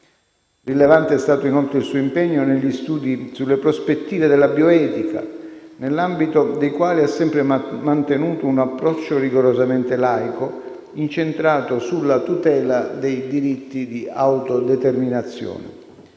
Rilevante è stato inoltre il suo impegno negli studi sulle prospettive della bioetica, nell'ambito dei quali ha sempre mantenuto un approccio rigorosamente laico incentrato sulla tutela dei diritti di autodeterminazione.